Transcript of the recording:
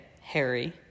Harry